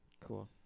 Cool